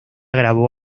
grabó